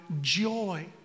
joy